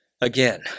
Again